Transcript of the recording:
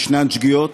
יש שגיאות,